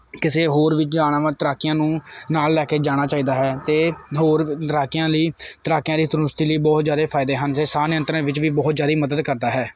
ਕਿਸੇ ਹੋਰ ਵਿੱਚ ਜਾਣਾ ਵਾਂ ਤੈਰਾਕੀਆਂ ਨੂੰ ਨਾਲ ਲੈ ਕੇ ਜਾਣਾ ਚਾਹੀਦਾ ਹੈ ਅਤੇ ਹੋਰ ਤੈਰਾਕੀਆਂ ਲਈ ਤੈਰਾਕੀਆਂ ਦੀ ਤੰਦਰੁਸਤੀ ਲਈ ਬਹੁਤ ਜ਼ਿਆਦਾ ਫਾਇਦੇ ਹਨ ਅਤੇ ਸਾਹ ਨਿਯੰਤਰਨ ਵਿੱਚ ਵੀ ਬਹੁਤ ਜ਼ਿਆਦਾ ਮਦਦ ਕਰਦਾ ਹੈ